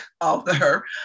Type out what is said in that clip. author